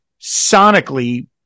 sonically